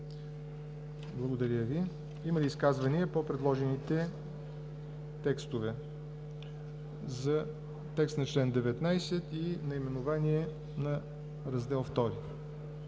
Благодаря Ви. Има ли изказвания по предложените текстове за текст на чл. 19 и наименованието на Раздел II?